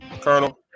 Colonel